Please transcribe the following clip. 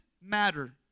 matter